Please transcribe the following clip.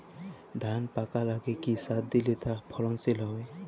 ধান পাকার আগে কি সার দিলে তা ফলনশীল হবে?